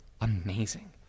amazing